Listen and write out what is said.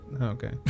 Okay